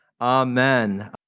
amen